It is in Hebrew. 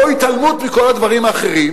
או התעלמות מכל הדברים האחרים